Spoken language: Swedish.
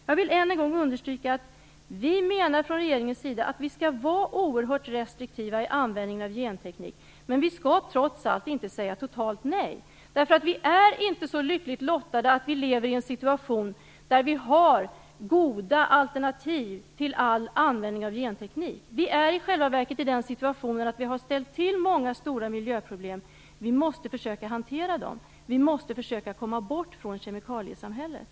Jag vill än en gång understryka att regeringen menar att vi skall vara oerhört restriktiva i användningen av genteknik, men vi skall trots allt inte säga totalt nej. Vi är inte så lyckligt lottade att vi lever i en situation där vi har goda alternativ till all användning av genteknik. Vi är i själva verket i den situationen att vi har ställt till många stora miljöproblem. Vi måste försöka hantera dem; vi måste försöka komma bort från kemikaliesamhället.